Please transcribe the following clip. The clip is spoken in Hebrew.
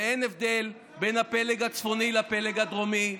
ואין הבדל בין הפלג הצפוני לפלג הדרומי.